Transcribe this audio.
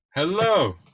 Hello